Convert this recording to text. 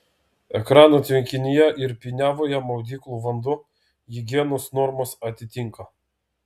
ekrano tvenkinyje ir piniavoje maudyklų vanduo higienos normas atitinka